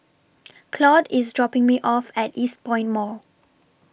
Claude IS dropping Me off At Eastpoint Mall